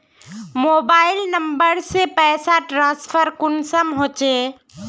Mobile number से पैसा transfer कुंसम होचे?